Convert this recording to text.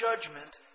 judgment